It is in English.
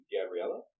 Gabriella